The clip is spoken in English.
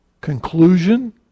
conclusion